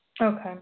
Okay